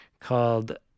called